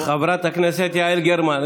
חברת הכנסת יעל גרמן,